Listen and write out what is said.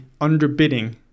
underbidding